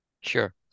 Sure